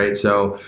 and so,